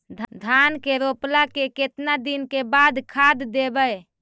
धान के रोपला के केतना दिन के बाद खाद देबै?